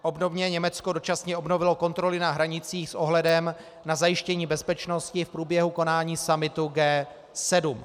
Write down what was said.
Obdobně Německo dočasně obnovilo kontroly na hranicích s ohledem na zajištění bezpečnosti v průběhu konání summitu G7.